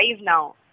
now